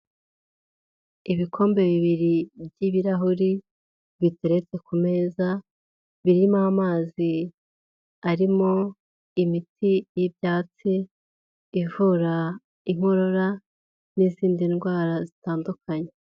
Ibikombe bibiri by'ibirahuri biteretse ku meza, birimo amazi arimo imiti y'ibyatsi, ivura inkorora, n'izindi ndwara zitandukanye.